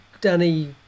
Danny